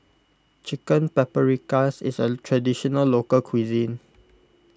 Chicken Paprikas is a Traditional Local Cuisine